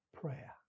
prayer